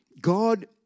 God